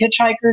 hitchhikers